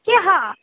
ह्यः